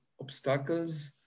obstacles